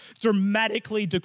dramatically